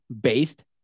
based